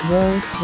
World